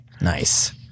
nice